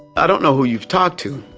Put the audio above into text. i don't know who you've talked to,